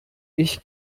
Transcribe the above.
ich